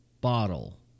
bottle